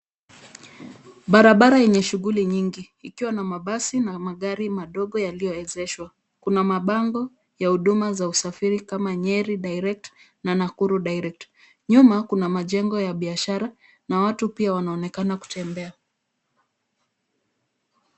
Barabara yenye shuguli nyingi ikiwa na mabasi na magari madogo yaliyoezeshwa. Kuna mabango ya huduma za usafiri kama nyeri direct na dakudu direct. nyuma kuna majengo ya biashara na watu pia wanaonekana kutembea.